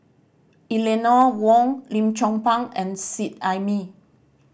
Eleanor Wong Lim Chong Pang and Seet Ai Mee